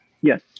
Yes